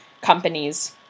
companies